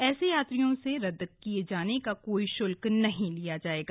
ऐसे यात्रियों से रद्द किए जाने का कोई श्ल्क नहीं लिया जायेगा